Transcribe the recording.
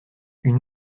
une